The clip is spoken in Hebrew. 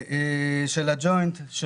של הג'וינט,